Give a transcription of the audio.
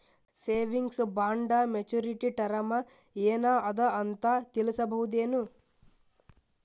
Savings bond maturity term ಏನ ಅದ ಅಂತ ತಿಳಸಬಹುದೇನು?